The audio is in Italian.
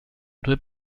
due